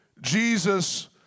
Jesus